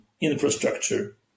infrastructure